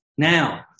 Now